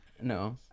No